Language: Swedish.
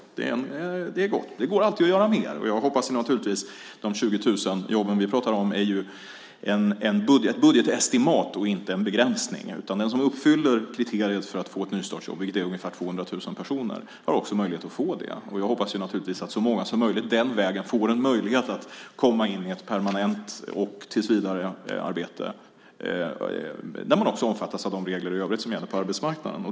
Det är gott, men det går alltid att göra mer. De 20 000 jobb vi talar om är ett budgetestimat och inte en begränsning. Den som uppfyller kriteriet för att få ett nystartsjobb, och det gör ungefär 200 000 personer, har också möjlighet att få det. Jag hoppas att så många som möjligt den vägen kan komma in i permanent arbete och tillsvidarearbete där de också omfattas av de regler i övrigt som gäller på arbetsmarknaden.